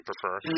prefer